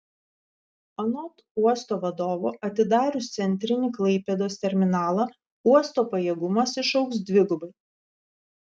anot uosto vadovo atidarius centrinį klaipėdos terminalą uosto pajėgumas išaugs dvigubai